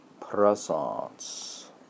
presence